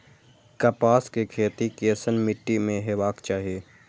कपास के खेती केसन मीट्टी में हेबाक चाही?